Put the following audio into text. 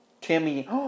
Timmy